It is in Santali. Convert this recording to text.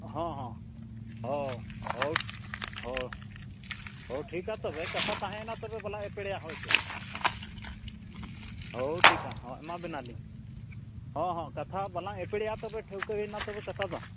ᱦᱚᱸ ᱦᱚᱸ ᱦᱚᱸ ᱦᱚᱴ ᱦᱚᱸ ᱦᱚᱸ ᱴᱷᱤᱠᱟ ᱛᱚᱵᱮ ᱠᱟᱛᱷᱟ ᱛᱟᱦᱮᱭᱮᱱᱟ ᱛᱚᱵᱮ ᱵᱟᱞᱟᱝ ᱮᱯᱲᱮᱭᱟ ᱦᱳᱭ ᱥᱮ ᱚ ᱦᱚᱸ ᱴᱷᱤᱠᱟ ᱦᱚᱸ ᱮᱢᱟᱵᱤᱱᱟᱞᱤᱧ ᱦᱚᱸ ᱦᱚᱸ ᱠᱟᱛᱷᱟ ᱵᱟᱞᱟᱝ ᱮᱯᱲᱮᱭᱟ ᱛᱚᱵᱮ ᱴᱷᱟᱹᱣᱠᱟᱹᱭᱮᱱᱟ ᱠᱟᱛᱷᱟ ᱫᱚ